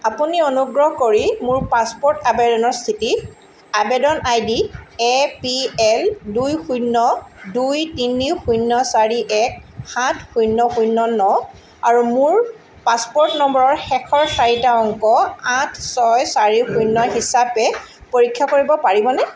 আপুনি অনুগ্ৰহ কৰি মোৰ পাছপ'ৰ্ট আবেদনৰ স্থিতি আবেদন আইডি এ পি এল দুই শূণ্য দুই তিনি শূণ্য চাৰি এক সাত শূণ্য শূণ্য ন আৰু মোৰ পাছপ'ৰ্ট নম্বৰৰ শেষৰ চাৰিটা অংক আঠ ছয় চাৰি শূণ্য় হিচাপে পৰীক্ষা কৰিব পাৰিবনে